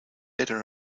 better